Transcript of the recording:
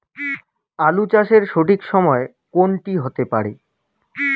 আলু চাষের সঠিক সময় কোন টি হতে পারে?